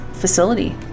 facility